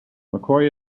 mccoy